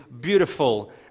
beautiful